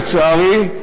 לצערי,